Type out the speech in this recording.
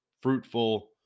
fruitful